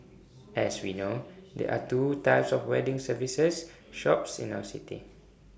as we know there're two types of wedding services shops in our city